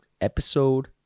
episode